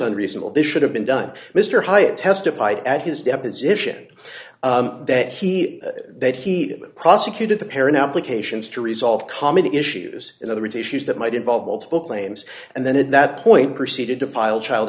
unreasonable this should have been done mr hyatt testified at his deposition that he that he prosecuted the parent applications to resolve common issues in other words issues that might involve multiple claims and then at that point proceeded to file child